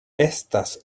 estas